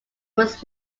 was